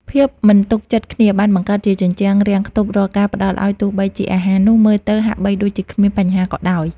ភាពមិនទុកចិត្តគ្នាបានបង្កើតជាជញ្ជាំងរាំងខ្ទប់រាល់ការផ្តល់ឱ្យទោះបីជាអាហារនោះមើលទៅហាក់បីដូចជាគ្មានបញ្ហាក៏ដោយ។